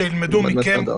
שילמדו מכם.